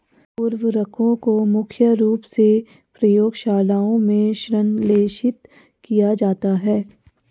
उर्वरकों को मुख्य रूप से प्रयोगशालाओं में संश्लेषित किया जाता है